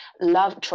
love